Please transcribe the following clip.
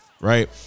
Right